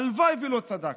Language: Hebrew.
הלוואי שלא צדקנו.